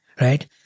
Right